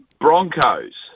Broncos